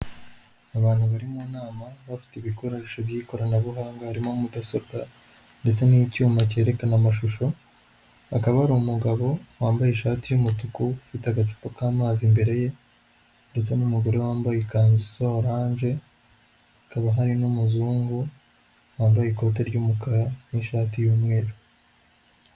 Abantu bari mu nama bafite ibikoresho by'ikoranabuhanga harimo mudasobwa ndetse n'icyuma cyerekana amashusho. Hakaba hari umugabo wambaye ishati y'umutuku ufite agacupa k'amazi imbere ye ndetse n'umugore wambaye ikanzu isa oranje, hakaba hari n'umuzungu wambaye ikote ry'umukara n'ishati y'umweru.